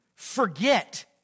forget